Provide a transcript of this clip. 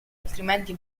altrimenti